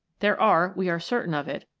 there are, we are certain of it,